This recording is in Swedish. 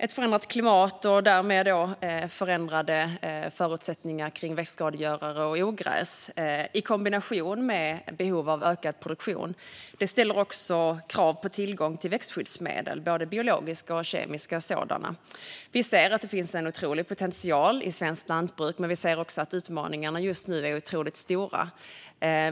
Ett förändrat klimat och därmed förändrade förutsättningar för växtskadegörare och ogräs i kombination med behov av ökad produktion ställer också krav på tillgång till växtskyddsmedel, både biologiska och kemiska sådana. Vi ser att det finns en otrolig potential i svenskt lantbruk, men vi ser också att utmaningarna just nu är otroligt stora.